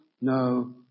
no